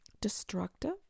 Destructive